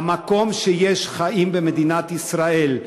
במקום שיש חיים במדינת ישראל,